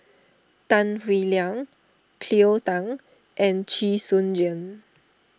Tan Howe Liang Cleo Thang and Chee Soon Juan